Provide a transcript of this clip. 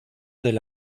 del